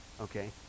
Okay